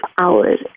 hours